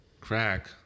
Crack